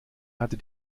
hatte